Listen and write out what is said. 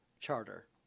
charter